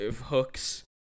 hooks